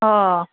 آ